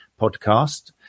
podcast